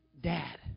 Dad